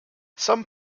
some